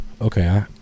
okay